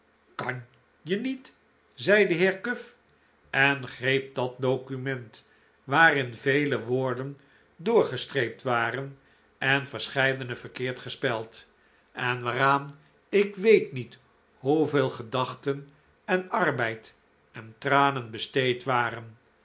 kan je niet zegt de heer cuff en greep dat document waarin vele woorden doorgestreept waren en verscheidene verkeerd gespeld en waaraan ik weet niet hoeveel gedachten en arbeid en tranen besteed waren